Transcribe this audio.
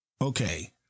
Okay